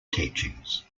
teachings